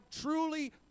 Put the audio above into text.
truly